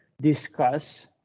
discuss